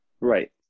Right